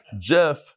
Jeff